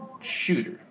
Shooter